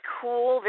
cool